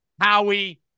howie